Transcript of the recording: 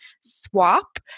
swap